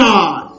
God